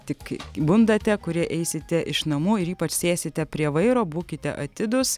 tik bundate kurie eisite iš namų ir ypač sėsite prie vairo būkite atidūs